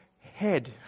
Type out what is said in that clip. head